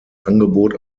angebot